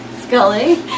Scully